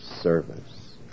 service